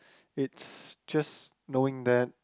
it's just knowing them